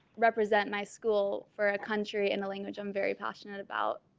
represent my school for a country in a language. i'm very passionate about